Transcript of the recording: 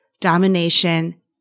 domination